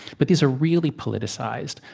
but these are really politicized.